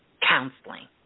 counseling